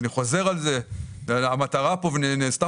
אני חוזר ואומר שהמטרה כאן ונעשתה